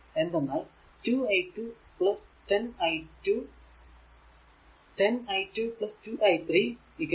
എന്തെന്നാൽ 2 i2 8 i2 10 i2 2 i3 5